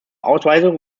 ausweisung